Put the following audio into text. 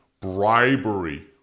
bribery